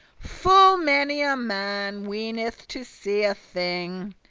full many a man weeneth to see a thing,